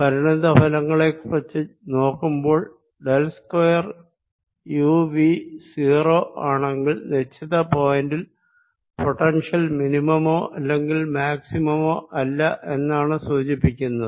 പരിണിത ഫലങ്ങളെക്കുറിച്ച് നോക്കുമ്പോൾ ഡെൽ സ്ക്വയർ യു V 0 ആണെങ്കിൽ നിശ്ചിത പോയിന്റിൽ പൊട്ടൻഷ്യൽ മിനിമമോ അല്ലെങ്കിൽ മാക്സിമമോ അല്ല എന്നാണ് സൂചിപ്പിക്കുന്നത്